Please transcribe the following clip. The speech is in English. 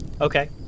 Okay